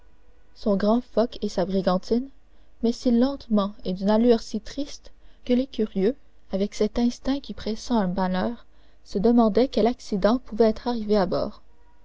son grand foc et sa brigantine mais si lentement et d'une allure si triste que les curieux avec cet instinct qui pressent un malheur se demandaient quel accident pouvait être arrivé à bord